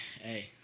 Hey